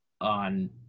on